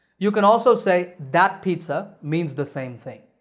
you can also say that pizza means the same thing.